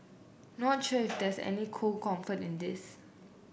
not sure if there is any cold comfort in this